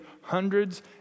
hundreds